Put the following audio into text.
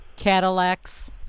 Cadillacs